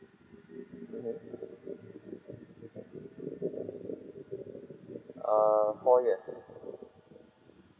mmhmm err four years